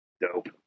Dope